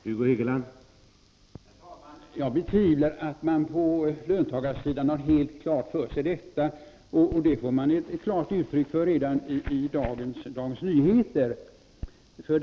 Herr talman! Jag betvivlar att man på löntagarsidan har detta helt klart för sig. Det får man klart uttryck för i Dagens Nyheter i dag.